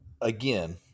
again